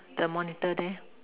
the monitor there